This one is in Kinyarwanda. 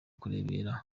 kurebera